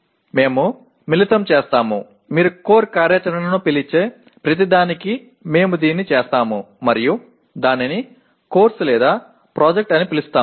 మేము మిళితం చేస్తాము మీరు కోర్ కార్యాచరణను పిలిచే ప్రతిదానికీ మేము దీన్ని చేస్తాము మరియు దానిని కోర్సు లేదా ప్రాజెక్ట్ అని పిలుస్తాము